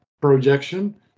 projection